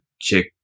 check